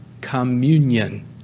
communion